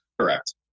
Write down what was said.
Correct